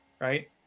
right